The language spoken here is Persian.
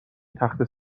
تخته